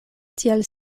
tiel